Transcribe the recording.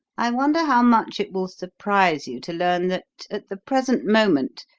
i wonder how much it will surprise you to learn that, at the present moment,